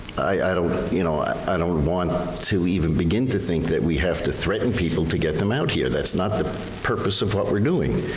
i don't want you know i i don't want to even begin to think that we have to threaten people to get them out here. that's not the purpose of what we're doing.